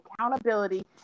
accountability